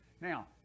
Now